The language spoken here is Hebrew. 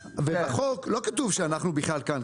בחוק לא כתוב שאנחנו בכלל כאן,